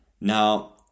Now